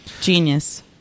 Genius